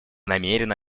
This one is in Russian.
намерены